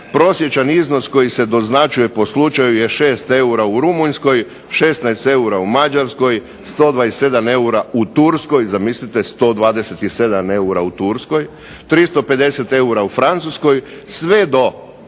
Prosječan iznos koji se doznačuje po slučaju je 6 eura u Rumunjskoj, 16 eura u Mađarskoj, 127 eura u Turskoj, zamislite 127 eura u Turskoj, 350 eura